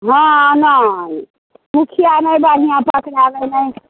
नहि ने ई मुखिआ नहि बढ़िआँ पकड़ाएल हइ नहि